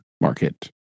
market